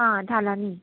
आं धालांनी